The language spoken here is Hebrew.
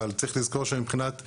אבל צריך לזכור שמבחינת תהליכי,